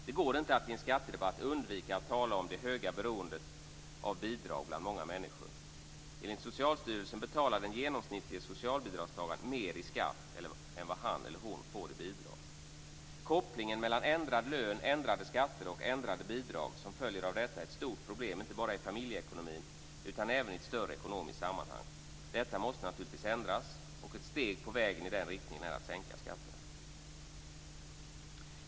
Det går inte att i en skattedebatt undvika att tala om det höga beroendet av bidrag bland många människor. Enligt Socialstyrelsen betalar den genomsnittlige socialbidragstagaren mer i skatt än vad han eller hon får i bidrag. Kopplingen mellan ändrad lön, ändrade skatter och ändrade bidrag som följer av detta är ett stort problem inte bara i familjeekonomin utan även i ett större ekonomiskt sammanhang. Detta måste naturligtvis ändras, och ett steg på vägen i den riktningen är att sänka skatterna.